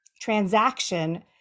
transaction